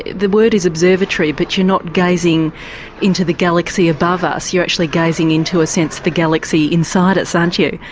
the word is observatory but you're not gazing into the galaxy above us you're actually gazing into a sense the galaxy inside us aren't you.